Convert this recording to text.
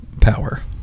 power